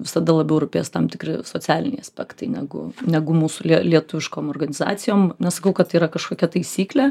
visada labiau rūpės tam tikri socialiniai aspektai negu negu mūsų lietuviškom organizacijom nesakau kad tai yra kažkokia taisyklė